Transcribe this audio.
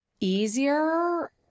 Easier